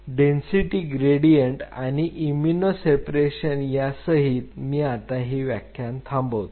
density gradient आणि immuno separation यासहित मी आता हे व्याख्यान थांबवतो